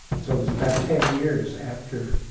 so it was about ten years after